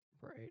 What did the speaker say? Right